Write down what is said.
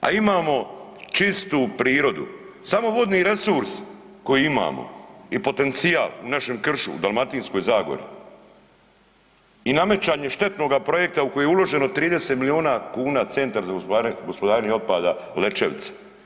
A imamo čistu prirodu, samo vodni resurs koji imamo je potencijal u našem kršu, u Dalmatinskoj zagori i namećanje štetnoga projekta u koji je uloženo 30 milijuna kuna, centar za gospodarenje otpada Lećevica.